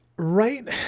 Right